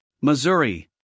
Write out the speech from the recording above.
Missouri